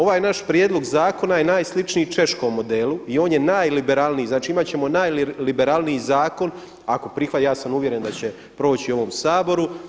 Ovaj naš prijedlog zakona je najsličniji češkom modelu i on je najliberalniji, znači imat ćemo najliberalniji zakon ako prihvate, ja sam uvjeren da će proći u ovom Saboru.